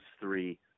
three